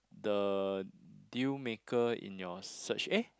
the deal maker in your search eh